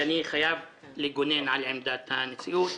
ואני חייב לגונן על עמדת הנשיאות,